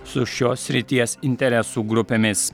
su šios srities interesų grupėmis